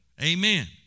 Amen